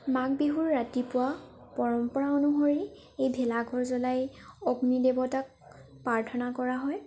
মাঘবিহুৰ ৰাতিপুৱা পৰম্পৰা অনুসৰি এই ভেলাঘৰ জ্বলাই অগ্নিদেৱতাক প্ৰাৰ্থনা কৰা হয়